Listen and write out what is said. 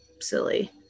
silly